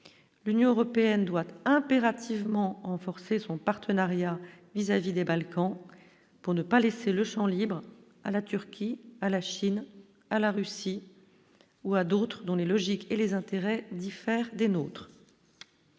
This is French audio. l'Union européenne doit impérativement en enforcer son partenariat vis-à-vis des Balkans pour ne pas laisser le Champ libre à la Turquie à la Chine à la Russie ou à d'autres dans les logiques et les intérêts diffère des nôtres.